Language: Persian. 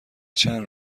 چند